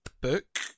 book